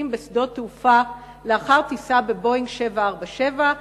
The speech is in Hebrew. הנוחתים בשדות תעופה לאחר טיסה ב"בואינג 747",